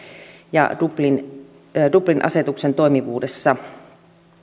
ja dublin dublin asetuksen toimivuudessa